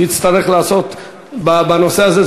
שיצטרך לעסוק בנושא הזה.